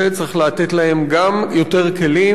צריך לתת להם גם יותר כלים,